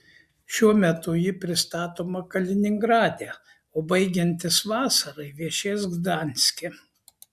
šiuo metu ji pristatoma kaliningrade o baigiantis vasarai viešės gdanske